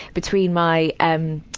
between my, um